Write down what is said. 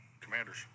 Commanders